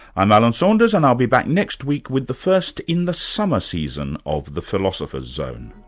i'm alan saunders and i'll be back next week with the first in the summer season of the philosopher's zone